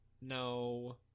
No